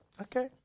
okay